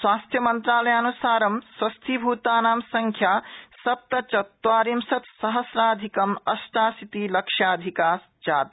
स्वास्थमन्त्रालयान्सारं स्वस्थीभूतानां संख्या सप्तचत्वारिंशत्सहस्राधिक अष्टाशीति लक्ष्याधिका जाता